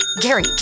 Gary